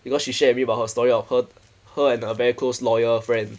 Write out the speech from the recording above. because she share with me about her story of her her and her very close lawyer friend